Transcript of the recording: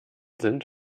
sind